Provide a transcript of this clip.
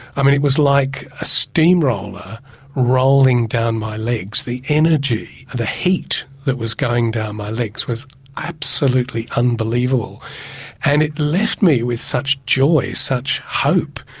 um and it was like a steamroller rolling down my legs, the energy and the heat that was going down my legs was absolutely unbelievable and it left me with such joy, such hope.